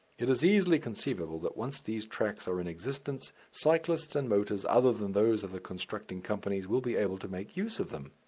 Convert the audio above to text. it is easily conceivable that once these tracks are in existence, cyclists and motors other than those of the constructing companies will be able to make use of them.